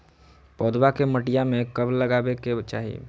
पौधवा के मटिया में कब लगाबे के चाही?